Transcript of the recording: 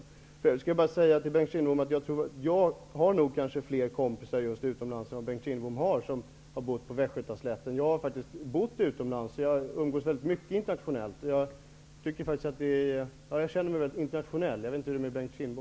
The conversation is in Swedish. För övrigt skulle jag vilja säga till Bengt Kindbom att jag har nog fler kompisar utomlands än vad han har som har bott på Västgötaslätten. Jag har faktiskt bott utomlands, och jag umgås väldigt mycket internationellt. Jag känner mig väldigt internationell. Jag vet inte hur det är med Bengt